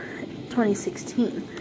2016